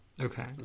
Okay